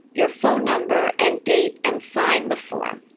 your phone number, and date and sign the form.